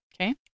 Okay